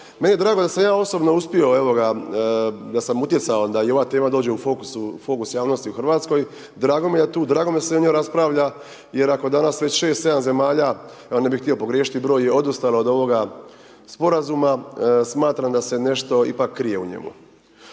meni je drago da sam ja osobno uspio, evo ga, da sam utjecao da i ova tema dođe u fokus, u fokus javnosti u Hrvatskoj, drago mi je .../Govornik se ne razumije./..., drago mi je da se o njoj raspravlja, jer ako danas već 6,7 zemalja, ne bih htio pogriješiti broj, odustalo od ovoga Sporazuma, smatram da se nešto ipak krije u njemu.